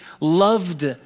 loved